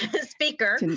speaker